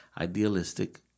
idealistic